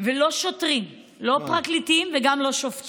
לא לשוטרים, לא לפרקליטים וגם לא לשופטים.